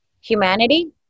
humanity